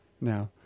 now